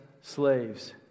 slaves